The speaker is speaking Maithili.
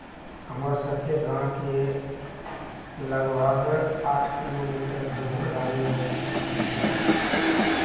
हमर सभकेँ गाँवके लगभग आठ किलोमीटर दूर रानीगंज प्रखण्ड छै